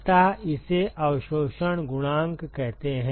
अतः इसे अवशोषण गुणांक कहते हैं